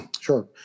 sure